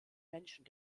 menschen